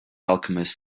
alchemist